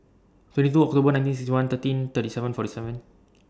twenty two October nineteen sixty one thirteen thirty seven forty seven